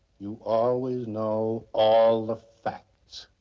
you always know all the facts.